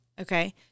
Okay